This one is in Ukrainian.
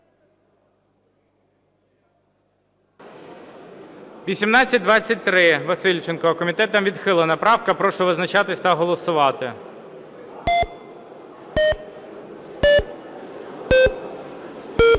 1823, Васильченко. Комітетом відхилена правка. Прошу визначатися та голосувати.